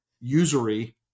usury